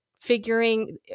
figuring